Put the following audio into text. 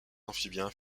amphibiens